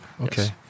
okay